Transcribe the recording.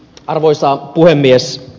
arvoisa puhemies